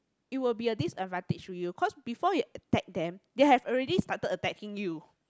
it will be a disadvantage to you cause before you attack them they have already started attacking you